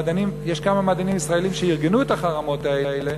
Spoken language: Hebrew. יש כמה מדענים ישראלים שארגנו את החרמות האלה,